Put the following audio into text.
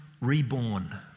reborn